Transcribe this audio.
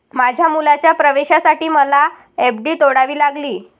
माझ्या मुलाच्या प्रवेशासाठी मला माझी एफ.डी तोडावी लागली